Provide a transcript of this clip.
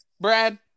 Brad